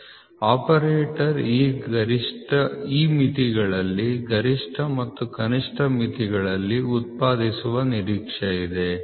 operator ಈ ಮಿತಿಗಳಲ್ಲಿ ಗರಿಷ್ಠ ಮತ್ತು ಕನಿಷ್ಠ ಮಿತಿಗಳಲ್ಲಿ ಉತ್ಪಾದಿಸುವ ನಿರೀಕ್ಷೆಯಿದೆ